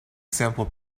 example